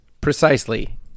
precisely